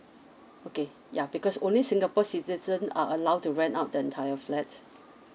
okay ya because only singapore citizen are allow to rent out the entire flat